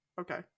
Okay